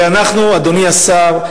אדוני השר,